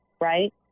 right